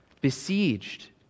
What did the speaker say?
besieged